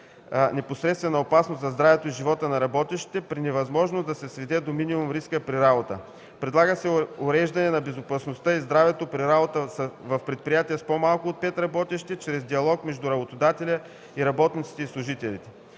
непосредствена опасност да здравето и живота на работещите, при невъзможност да се сведе до минимум риска при работа. Предлага се уреждане на безопасността и здравето при работа в предприятия с по-малко от 5 работещи чрез диалог между работодателя и работниците и служителите.